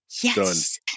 yes